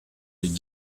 les